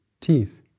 teeth